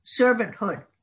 servanthood